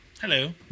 Hello